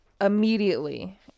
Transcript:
immediately